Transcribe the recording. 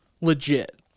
legit